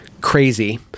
crazy